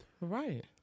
Right